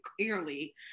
clearly